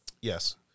Yes